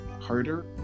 harder